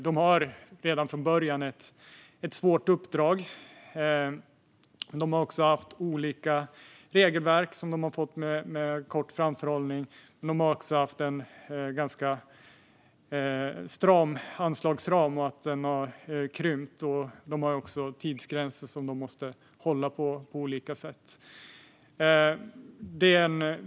De har redan från början ett svårt uppdrag. De har haft olika regelverk som de fått med kort framförhållning. De har haft en ganska stram anslagsram, som också har krympt. De har dessutom olika tidsgränser som de måste hålla.